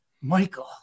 Michael